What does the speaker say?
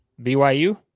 BYU